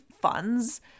funds